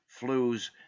flus